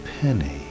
penny